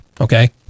okay